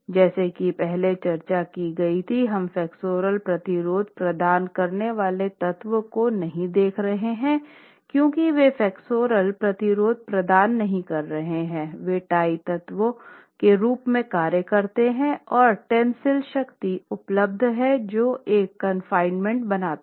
जैसा कि पहले चर्चा की गई थी कि हम फ्लेक्सुरल प्रतिरोध प्रदान करने वाले तत्व को नहीं देख रहे क्यूंकि वे फ्लेक्सुरल प्रतिरोध प्रदान नहीं कर रहे हैं वे टाई तत्वों के रूप में कार्य करते हैं और टेंसिल शक्ति उपलब्ध है जो एक कांफिनमेंट बनाता है